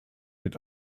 mit